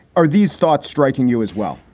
are these thoughts striking you as well?